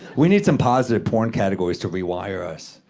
we need some positive porn categories to rewire us.